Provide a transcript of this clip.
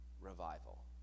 revival